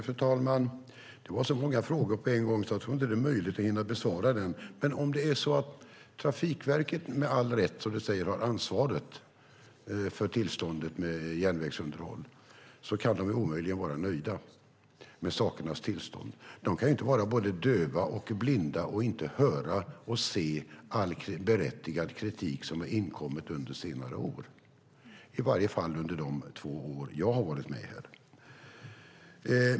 Fru talman! Det var så många frågor på en gång att jag inte tror att det är möjligt att hinna besvara dem. Men om det är så att Trafikverket med all rätt, som du säger, har ansvaret för tillståndet när det gäller järnvägsunderhåll kan de omöjligen vara nöjda med sakernas tillstånd. De kan inte vara både döva och blinda och inte höra och se all berättigad kritik som har inkommit under senare år, i varje fall under de två år som jag har varit med här.